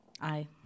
Aye